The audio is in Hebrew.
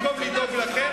אבל במקום לדאוג לזה,